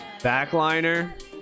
backliner